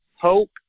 hope